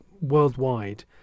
worldwide